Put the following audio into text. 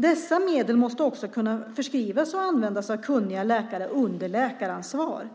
Dessa medel måste kunna förskrivas och användas av kunniga läkare under läkaransvar